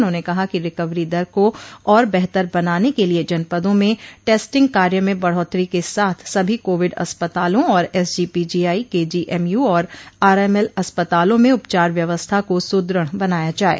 उन्होंने कहा कि रिकवरी दर को और बेहतर बनाने के लिए जनपदों में टेस्टिंग कार्य में बढ़ोत्तरी के साथ सभी कोविड अस्पतालों और एसजीपी जीआइ केजीएमयू और आरएमएल अस्पतालों में उपचार व्यवस्था को सुदृढ़ बनाया जाये